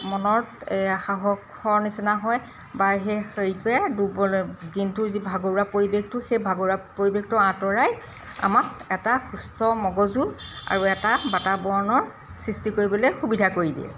মনত এই সাহসৰ নিচিনা হয় বা সেই সেইটোৱে দিনটোৰ যি ভাগৰুৱা পৰিৱেশটো সেই ভাগৰুৱা পৰিৱেশটো আঁতৰাই আমাক এটা সুস্থ মগজু আৰু এটা বাতাৱৰণৰ সৃষ্টি কৰিবলৈ সুবিধা কৰি দিয়ে